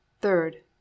Third